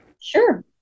Sure